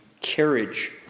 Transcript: carriage